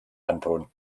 anton